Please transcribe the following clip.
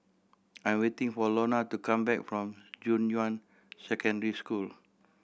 I'm waiting for Lona to come back from Junyuan Secondary School